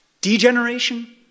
Degeneration